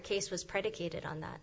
case was predicated on that